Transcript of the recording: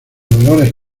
dolores